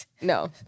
No